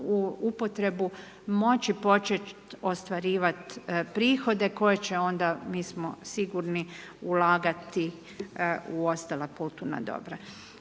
upotrebu moći početi ostvarivati prohode koje će onda, mi smo sigurno ulagati u ostala kulturna dobra.